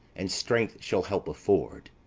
and strength shall help afford.